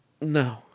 No